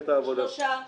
אם יש הסכמה של האופוזיציה.